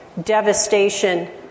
devastation